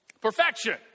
Perfection